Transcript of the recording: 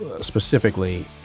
specifically